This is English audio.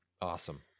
Awesome